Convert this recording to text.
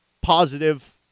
positive